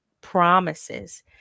promises